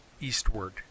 eastward